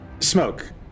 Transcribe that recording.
Smoke